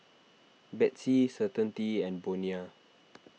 Betsy Certainty and Bonia